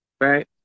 right